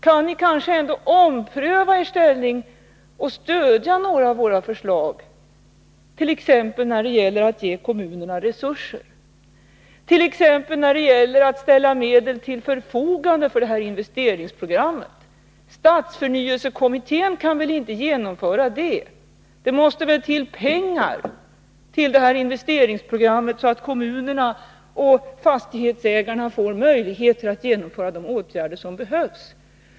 Kan ni kanske ompröva er ställning och stödja några av våra förslag, t.ex. när det gäller att ge kommunerna resurser, exempelvis när det gäller att ställa medel till förfogande för investeringsprogrammet? Stadsförnyelsekommittén kan väl inte genomföra det. Det måste väl till pengar till investeringsprogrammet, så att kommunerna och fastighetsägarna får möjligheter att genomföra de åtgärder som behövs.